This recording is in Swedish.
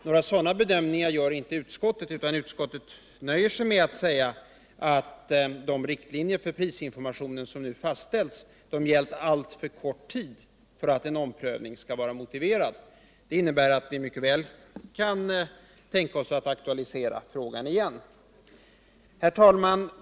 Några sådana bedömningar gör inte utskottet, utan utskottet nöjer sig med att säga utt de riktlinjer för prisinformationen som nu fastställts gällt under alltför kort tid för att en omprövning skall vara motiverad. Det innebär att vi mycket väl kan tänka oss att aktualisera frågan igen.